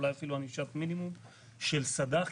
אולי אפילו ענישת מינימום של סד"ח,